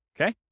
Okay